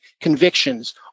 convictions –